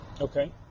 Okay